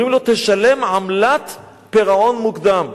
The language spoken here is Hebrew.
אומרים לו: תשלם עמלת פירעון מוקדם.